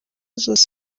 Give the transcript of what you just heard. zose